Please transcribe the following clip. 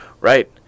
Right